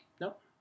Nope